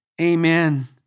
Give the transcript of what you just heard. Amen